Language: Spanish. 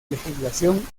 legislación